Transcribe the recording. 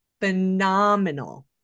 phenomenal